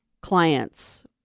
clients